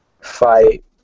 fight